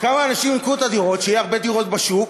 כמה אנשים ימכרו את הדירות, שיהיו הרבה דירות בשוק